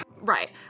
Right